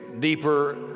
deeper